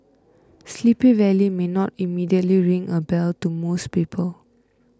Sleepy Valley may not immediately ring a bell to most people